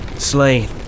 slain